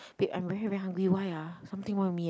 babe I'm very very hungry why ah something wrong with me eh